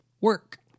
work